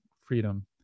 freedom